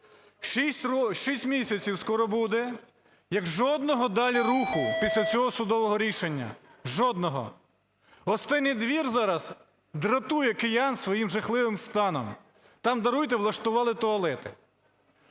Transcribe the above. Шість місяців скоро буде, як жодного далі руху після цього судового рішення, жодного! Гостинний двір зараз дратує киян своїм жахливим станом, там – даруйте! – влаштували туалети.